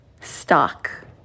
stock